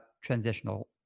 transitional